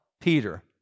Peter